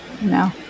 no